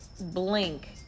blink